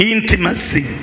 Intimacy